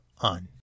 on